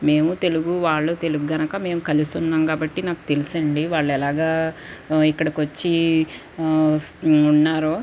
మేము తెలుగు వాళ్ళు తెలుగు కనుక మేము కలుసున్నాము కాబట్టి నాకు తెలుసండి వాళ్ళు ఎలాగ ఇక్కడికొచ్చి ఉన్నారో